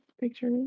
picture